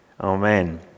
Amen